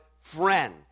friend